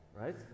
Right